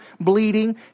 Bleeding